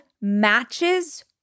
matches